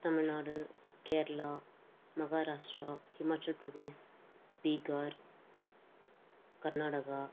Tamil Nadu Kerala Maharashtra Himachal Pradesh Bihar Karnataka